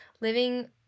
living